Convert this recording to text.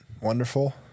Wonderful